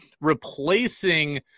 Replacing